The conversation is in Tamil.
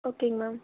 ஓகேங்க மேம்